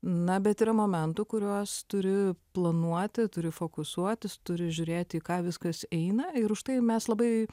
na bet yra momentų kuriuos turi planuoti turi fokusuotis turi žiūrėti ką viskas eina ir už tai mes labai